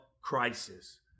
crisis